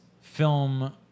film